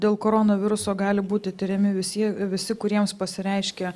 dėl koronaviruso gali būti tiriami visi visi kuriems pasireiškia